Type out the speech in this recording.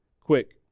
quick